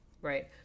Right